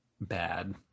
bad